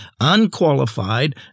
unqualified